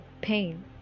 pain